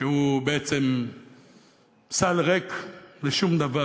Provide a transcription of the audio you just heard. שהוא בעצם סל ריק לשום דבר.